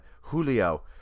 Julio